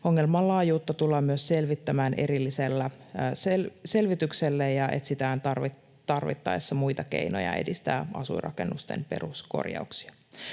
Ongelman laajuutta tullaan myös selvittämään erillisellä selvityksellä ja etsitään tarvittaessa muita keinoja edistää asuinrakennusten peruskorjauksia.